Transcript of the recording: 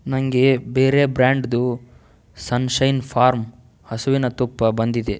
ನನಗೆ ಬೇರೆ ಬ್ರ್ಯಾಂಡ್ದು ಸನ್ಶೈನ್ ಫಾರ್ಮ್ ಹಸುವಿನ ತುಪ್ಪ ಬಂದಿದೆ